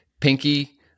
pinky